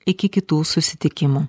iki kitų susitikimų